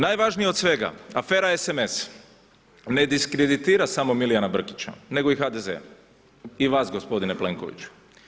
Najvažnije od svega afera SMS ne diskreditira samo Milijana Brkića, nego i HDZ-a, i vas gospodine Plenkoviću.